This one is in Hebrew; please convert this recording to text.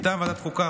מטעם ועדת החוקה,